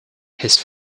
his